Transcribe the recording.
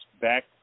back